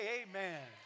amen